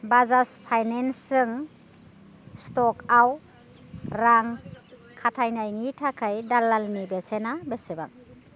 बाजाज फाइनान्सजों सट'कआव रां खाथायनायनि थाखाय दालालनि बेसेना बेसेबां